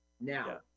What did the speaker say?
now